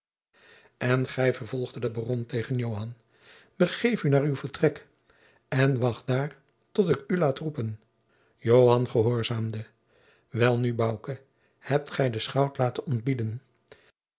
en gij vervolgde de baron tegen joan begeef u naar uw vertrek en wacht daar tot ik u laat roepen joan gehoorzaamde welnu bouke hebt gij den schout laten ontbieden